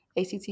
ACT